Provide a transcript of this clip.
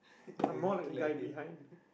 a more like the guy behind